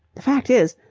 the fact is,